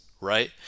right